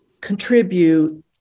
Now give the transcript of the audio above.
contribute